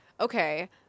okay